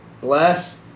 bless